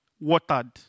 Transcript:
watered